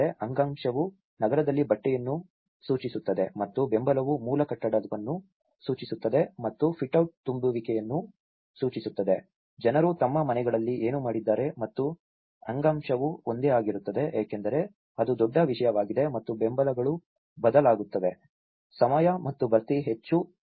ಅಂಗಾಂಶವು ನಗರ ಬಟ್ಟೆಯನ್ನು ಸೂಚಿಸುತ್ತದೆ ಮತ್ತು ಬೆಂಬಲವು ಮೂಲ ಕಟ್ಟಡವನ್ನು ಸೂಚಿಸುತ್ತದೆ ಮತ್ತು ಫಿಟ್ಔಟ್ ತುಂಬುವಿಕೆಯನ್ನು ಸೂಚಿಸುತ್ತದೆ ಜನರು ತಮ್ಮ ಮನೆಗಳಲ್ಲಿ ಏನು ಮಾಡಿದ್ದಾರೆ ಮತ್ತು ಅಂಗಾಂಶವು ಒಂದೇ ಆಗಿರುತ್ತದೆ ಏಕೆಂದರೆ ಅದು ದೊಡ್ಡ ವಿಷಯವಾಗಿದೆ ಮತ್ತು ಬೆಂಬಲಗಳು ಬದಲಾಗುತ್ತವೆ ಸಮಯ ಮತ್ತು ಭರ್ತಿ ಹೆಚ್ಚು ನಿಯಮಿತವಾಗಿ ಬದಲಾಗುತ್ತದೆ